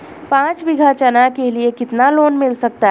पाँच बीघा चना के लिए कितना लोन मिल सकता है?